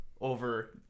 over